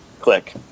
Click